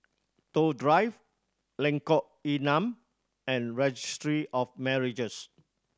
Toh Drive Lengkok Enam and Registry of Marriages